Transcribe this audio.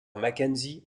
mackenzie